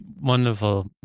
wonderful